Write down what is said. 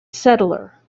settler